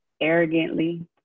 arrogantly